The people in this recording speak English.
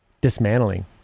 dismantling